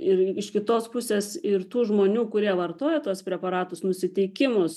ir iš kitos pusės ir tų žmonių kurie vartoja tuos preparatus nusiteikimus